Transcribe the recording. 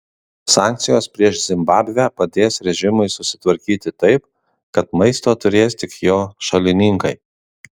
sankcijos prieš zimbabvę padės režimui susitvarkyti taip kad maisto turės tik jo šalininkai